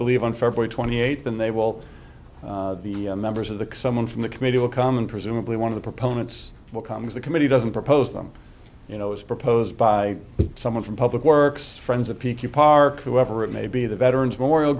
believe on february twenty eighth and they will the members of the someone from the committee will come and presumably one of the proponents will come as the committee doesn't propose them you know as proposed by someone from public works friends of p q park whoever it may be the veterans memorial